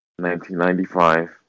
1995